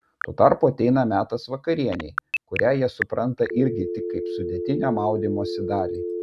tuo tarpu ateina metas vakarienei kurią jie supranta irgi tik kaip sudėtinę maudymosi dalį